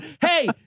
Hey